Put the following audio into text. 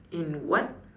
in what